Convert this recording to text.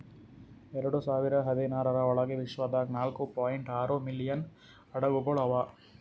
ಎರಡು ಸಾವಿರ ಹದಿನಾರರ ಒಳಗ್ ವಿಶ್ವದಾಗ್ ನಾಲ್ಕೂ ಪಾಯಿಂಟ್ ಆರೂ ಮಿಲಿಯನ್ ಹಡಗುಗೊಳ್ ಅವಾ